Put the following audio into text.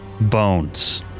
bones